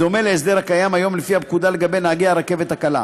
בדומה להסדר הקיים היום לפי הפקודה לגבי נהגי הרכבת הקלה.